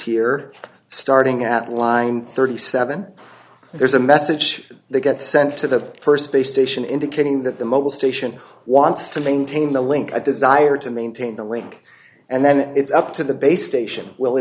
here starting at line thirty seven there's a message they get sent to the st base station indicating that the mobile station wants to maintain the link i desire to maintain the link and then it's up to the base station will